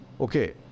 Okay